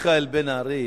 מיכאל בן-ארי